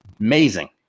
Amazing